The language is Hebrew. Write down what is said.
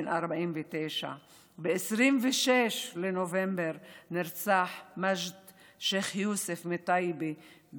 בן 49. ב-26 בנובמבר נרצח מג'ד שייח' יוסף מטייבה.